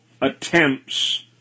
attempts